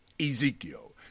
Ezekiel